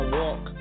walk